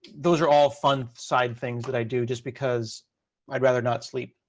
those are all fun side things that i do just because i'd rather not sleep.